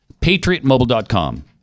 PatriotMobile.com